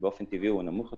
ובאופן טבעי הוא נמוך יותר,